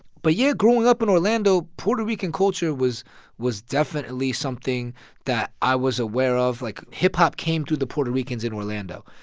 but yeah, growing up in orlando, puerto rican culture was was definitely something that i was aware of. like, hip-hop came through the puerto ricans in orlando.